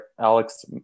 Alex